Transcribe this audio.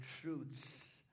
truths